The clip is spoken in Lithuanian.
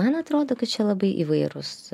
man atrodo kad čia labai įvairūs